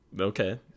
Okay